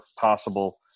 possible